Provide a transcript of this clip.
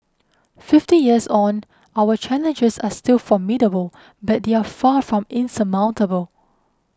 fifty years on our challenges are still formidable but they are far from insurmountable